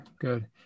good